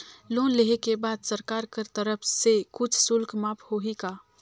Loan लेहे के बाद सरकार कर तरफ से कुछ शुल्क माफ होही का?